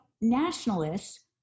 nationalists